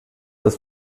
das